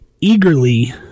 eagerly